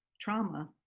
trauma